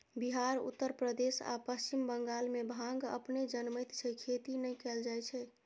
बिहार, उत्तर प्रदेश आ पश्चिम बंगाल मे भांग अपने जनमैत छै, खेती नै कैल जाए छै